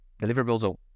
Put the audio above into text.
deliverables